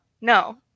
no